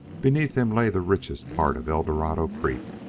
beneath him lay the richest part of eldorado creek,